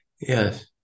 Yes